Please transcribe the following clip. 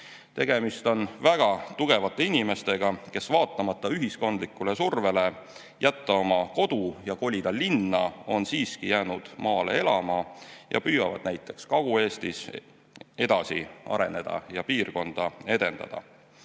Tegemist on väga tugevate inimestega, kes vaatamata ühiskondlikule survele jätta oma kodu ja kolida linna on siiski jäänud maale elama ja püüavad näiteks Kagu-Eestis edasi areneda ja piirkonda edendada.